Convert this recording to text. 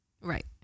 right